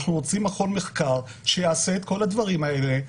אנחנו רוצים מכון מחקר שיעשה את כל הדברים האלה.